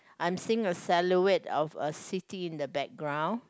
I'm seeing silhouette of a city in the background